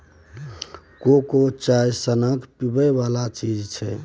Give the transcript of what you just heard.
cocoa चाइए सनक पीबै बला चीज छै